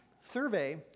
survey